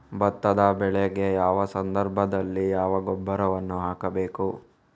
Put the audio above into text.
ಭತ್ತದ ಬೆಳೆಗೆ ಯಾವ ಸಂದರ್ಭದಲ್ಲಿ ಯಾವ ಗೊಬ್ಬರವನ್ನು ಹಾಕಬೇಕು?